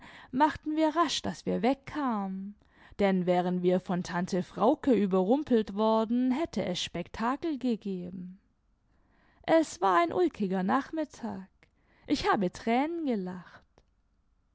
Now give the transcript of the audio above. machten wir rasch daß wir wegkamen denn wären wir von tante frauke überrimipelt worden hätte es spektakel gegeben es war ein ulkiger nachmittag ich habe tränen gelacht